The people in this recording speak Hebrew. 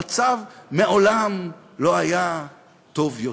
המצב מעולם לא היה טוב יותר.